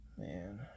Man